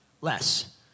less